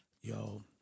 yo